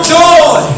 joy